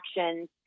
actions—